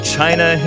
China